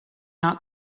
not